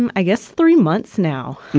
and i guess, three months now.